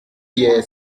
hier